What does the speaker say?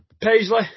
Paisley